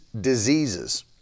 Diseases